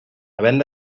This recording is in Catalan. havent